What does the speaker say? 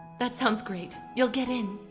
that sounds great. you'll get in.